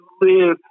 live